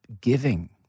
giving